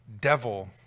devil